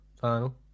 Final